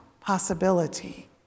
possibility